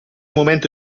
momento